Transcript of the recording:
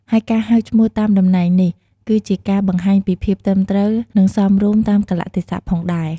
ហើយការហៅឈ្មោះតាមតំណែងនេះ គឺជាការបង្ហាញពីភាពត្រឹមត្រូវ និងសមរម្យតាមកាលៈទេសៈផងដែរ។